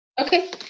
okay